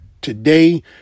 today